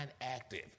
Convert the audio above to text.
active